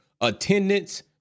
attendance